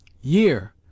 year